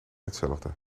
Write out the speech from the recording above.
hetzelfde